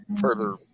further